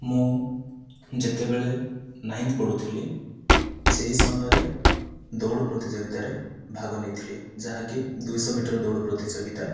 ମୁଁ ଯେତେବେଳେ ନାଇଁନ୍ତ୍ ପଢ଼ୁଥିଲି ସେହି ସମୟରେ ଦୌଡ଼ ପ୍ରତିଯୋଗିତାରେ ଭାଗ ନେଇଥିଲି ଯାହାକି ଦୁଇଶହ ମିଟର ଦୌଡ଼ ପ୍ରତିଯୋଗିତା